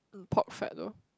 pork fat loh